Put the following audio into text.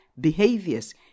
behaviors